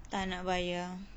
tak nak bayar